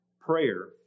prayer